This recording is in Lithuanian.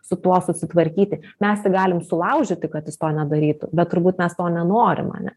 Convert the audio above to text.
su tuo susitvarkyti mes tik galim sulaužyti kad jis to nedarytų bet turbūt mes to nenorim ane